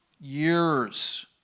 Years